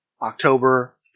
October